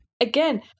Again